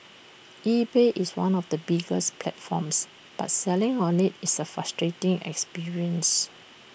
eBay is one of the biggest platforms but selling on IT is A frustrating experience